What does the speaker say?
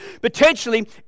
Potentially